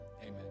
Amen